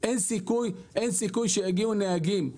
אין סיכוי שיגיעו נהגים.